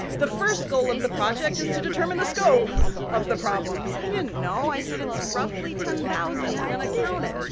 the first goal of the project is to determine the scope of the problem, cause i didn't know. i said, it's roughly ten thousand, we're gonna count it,